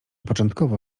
początkowo